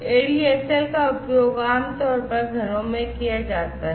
ADSL का उपयोग आमतौर पर घरों में किया जाता है